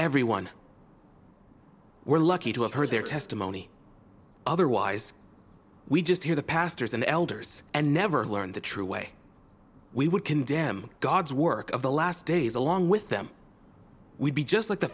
everyone we're lucky to have heard their testimony otherwise we just hear the pastors and elders and never learn the true way we would condemn god's work of the last days along with them would be just like the